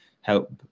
help